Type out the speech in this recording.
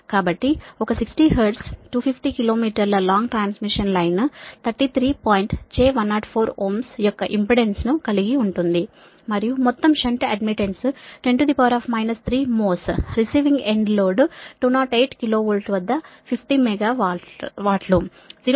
కాబట్టి ఒక 60 hertz 250 kilo మీటర్ల లాంగ్ ట్రాన్స్మిషన్ లైన్ 33 j104 Ω యొక్క ఇంపెడెన్స్ కలిగి ఉంది మరియు మొత్తం షంట్ అడ్మిటెన్స్ 10 3 మొ రిసీవింగ్ ఎండ్ లోడ్ 208 KV వద్ద 50 మెగావాట్లు 0